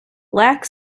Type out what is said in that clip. black